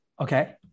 okay